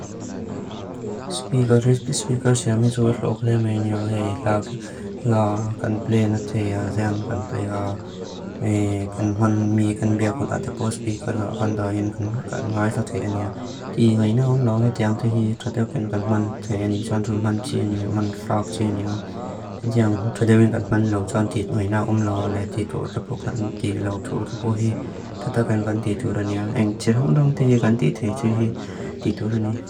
xpiikareipi xpiikareixia mi tsu atso kleemen i.a. A. laks. La kan pleena taen i.a. Zeyan kan pleekaa. A. gyan món mi kan bea kund ata po bee kar, A. gandha yin ka ngaayla taen i.a. T. ngay na'a wn lo ati an tae hii tar deok yin gyan man taen i.a. Jont ru man chi i.a. Man flak chi i.a. Ati ang car deuhin gan man lo. Jont dìt ngay na'a wn lo alai ati tur artha po kan. ndi lau thua thupua hii tatakaan gandhii thua rania. Ang tsir hondong tihi gandhii thai tsui hii thui thua rania.